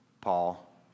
Paul